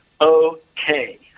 Okay